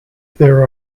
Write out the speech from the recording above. there